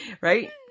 right